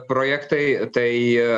projektai tai